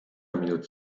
minut